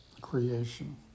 creation